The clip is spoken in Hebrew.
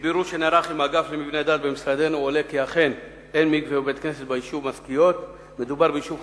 הובא לידיעתי כי ביישוב משכיות אין מקווה